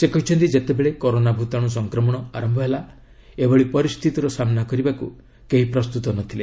ସେ କହିଛନ୍ତି ଯେତେବେଳେ କରୋନା ଭୂତାଣୁ ସଂକ୍ରମଣ ଆରମ୍ଭ ହେଲା ଏଭଳି ପରିସ୍ଥିତିର ସାମ୍ବା କରିବାକୁ କେହି ପ୍ରସ୍ତୁତ ନ ଥିଲେ